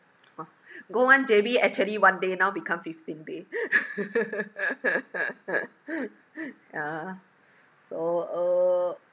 go one J_B actually one day now become fifteen day yeah so uh